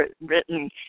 written